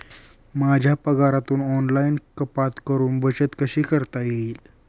माझ्या पगारातून ऑनलाइन कपात करुन बचत कशी करता येईल?